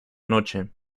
noche